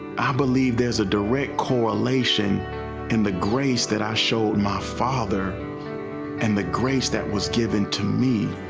i believe there is a direct correlation in the grace that i showed my father and the grace that was given to me.